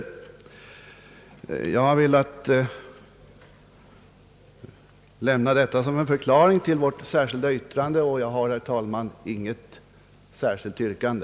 Jag har velat ge denna förklaring till vårt särskilda yttrande, men jag har, herr talman, inget yrkande.